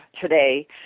today